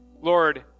Lord